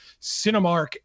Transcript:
cinemark